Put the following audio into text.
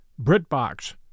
BritBox